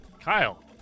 Kyle